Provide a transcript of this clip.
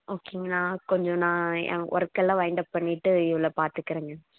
ஓகேங்க நான் கொஞ்சம் நான் ஏன் ஒர்க்கெல்லாம் வைண்ட் அப் பண்ணிட்டு இவளை பார்த்துக்குறேங்க